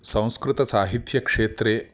संस्कृतसाहित्यक्षेत्रे